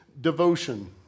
devotion